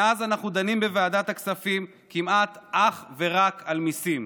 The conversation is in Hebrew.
מאז אנחנו דנים בוועדת הכספים כמעט אך ורק על מיסים.